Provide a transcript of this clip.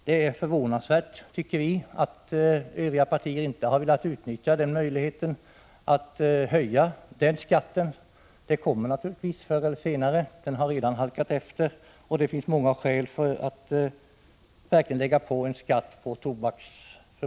Det är förvånande, tycker vi, att inte övriga partier har velat utnyttja möjligheten att höja den skatten. Det kommer naturligtvis förr eller senare. Den har redan halkat efter, och det finns många skäl för att verkligen öka skatten på tobak.